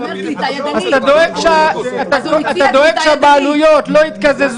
אתה דואג מזה שהבעלויות לא יוכלו להתקזז